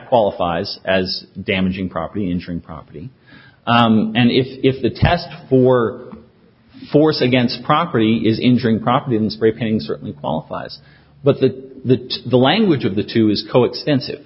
qualifies as damaging property injuring property and if if the test for force against property is injuring property and scraping certainly qualifies but that the the language of the two is co extensive